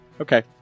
Okay